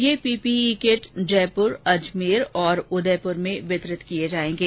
ये PPE kit Jaipur Ajmer और उदयपुर में वितरित किये जाएंगे